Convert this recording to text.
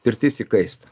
pirtis įkaista